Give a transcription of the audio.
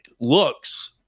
looks